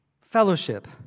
Fellowship